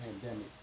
pandemic